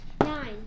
Nine